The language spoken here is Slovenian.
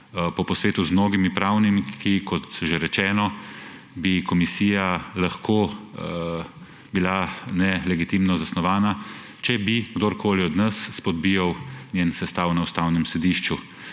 Po posvetu z mnogo pravniki, kot že rečeno, bi komisija lahko bila nelegitimno zasnovana, če bi kdorkoli od nas izpodbijal njeno sestavo na Ustavnem sodišču.